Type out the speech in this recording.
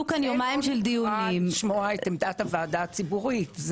זה לא נקרא לשמוע את עמדת הוועדה הציבורית.